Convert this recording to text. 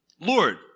Lord